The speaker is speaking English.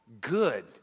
good